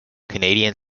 canadian